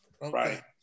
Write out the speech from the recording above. Right